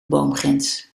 boomgrens